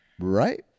right